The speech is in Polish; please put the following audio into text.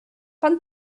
pan